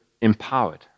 empowered